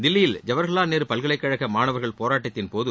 தில்லியில் ஜவஹர்வால் நேரு பல்கலைக் கழக மாணவர்கள் போராட்டத்தின்போது